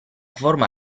forma